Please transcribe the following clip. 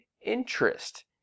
interest